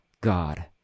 God